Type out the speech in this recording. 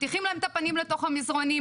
מטיחים להם את הפנים לתוך המזרנים,